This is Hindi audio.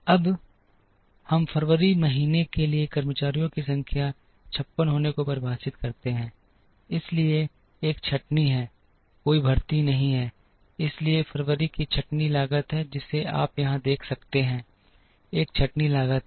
अब हम फरवरी के महीने के लिए कर्मचारियों की संख्या 56 होने को परिभाषित करते हैं इसलिए एक छंटनी है कोई भर्ती नहीं है इसलिए फरवरी की छंटनी लागत है जिसे आप यहां देख सकते हैं एक छंटनी लागत है